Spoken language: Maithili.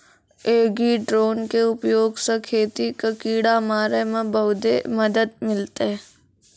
एग्री ड्रोन के उपयोग स खेत कॅ किड़ा मारे मॅ बहुते मदद मिलतै